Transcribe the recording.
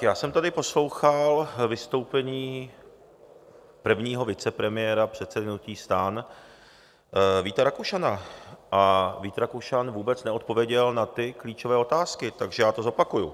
Já jsem tady poslouchal vystoupení prvního vicepremiéra a předsedy hnutí STAN Víta Rakušana a Vít Rakušan vůbec neodpověděl na ty klíčové otázky, takže já to zopakuji.